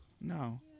No